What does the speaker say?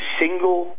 single